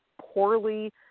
poorly